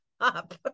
up